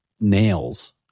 nails